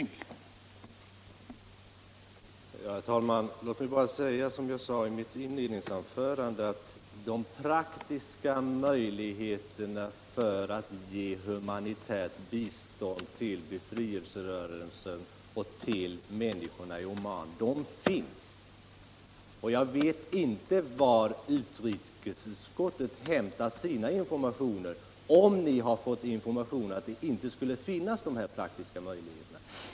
Herr talman! Låt mig bara upprepa vad jag sade i mitt inledningsanförande, att de praktiska möjligheterna finns att lämna humanitärt bistånd till befrielserörelsen och till människorna i Oman. Jag vet inte varifrån utrikesutskottet hämtat sina informationer, att det inte skulle finnas några sådana praktiska möjligheter.